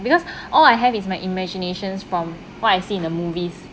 because all I have is my imaginations from what I see in the movies